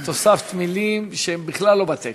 את הוספת מילים שהן בכלל לא בטקסט.